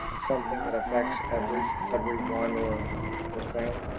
something that affects everyone everyone or or thing.